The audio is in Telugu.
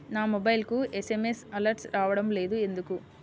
నా మొబైల్కు ఎస్.ఎం.ఎస్ అలర్ట్స్ రావడం లేదు ఎందుకు?